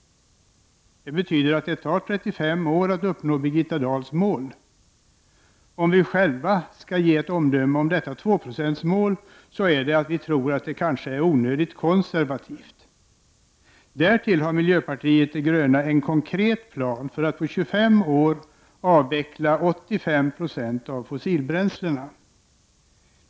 Det betyder att det tar 35 år att uppnå Birgitta Dahls mål. Om vi själva skall ge ett omdöme om detta tvåprocentsmål är det att vi tror att det är onödigt konservativt. Därtill har miljöpartiet en konkret plan för att på 25 år avveckla 85 26 av fossila bränslen.